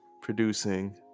producing